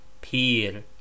peer